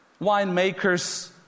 winemakers